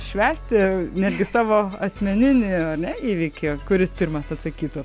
švęsti netgi savo asmeninį ane įvykį kuris pirmas atsakytų